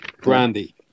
Brandy